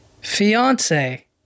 Fiance